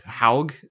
Haug